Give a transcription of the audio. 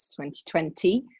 2020